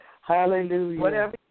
Hallelujah